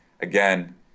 again